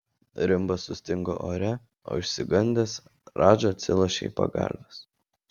rimbas sustingo ore o išsigandęs radža atsilošė į pagalves